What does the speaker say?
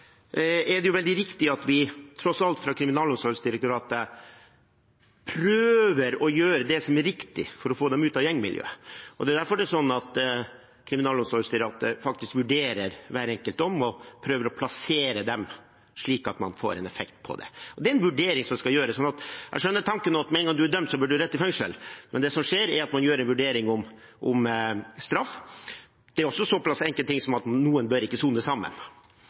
som er riktig for å få dem ut av gjengmiljøet. Det er derfor det er slik at Kriminalomsorgsdirektoratet faktisk vurderer hver enkelt dom og prøver å plassere dem slik at man får en effekt på det, og dette er en vurdering som skal gjøres. Jeg skjønner tanken om at man bør rett i fengsel med en gang man er dømt, men det som skjer, er at man gjør en vurdering av straff – det er også såpass enkle ting som at noen ikke bør sone sammen